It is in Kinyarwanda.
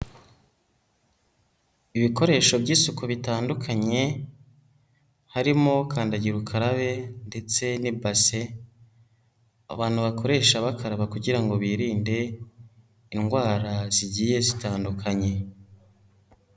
Ibikoresho by'isuku bitandukanye, harimo kandagira ukarabe ndetse n'ibase abantu bakoresha bakaraba kugira ngo birinde indwara zigiye zitandukanye.